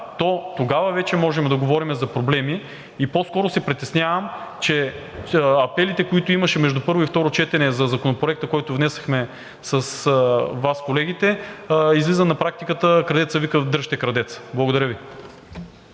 то тогава вече можем да говорим за проблеми. По-скоро се притеснявам, че апелите, които имаше между първо и второ четене, за Законопроекта, който внесохме с Вас, колегите, излиза на практика, както се вика – „крадецът вика дръжте крадеца“. Благодаря Ви.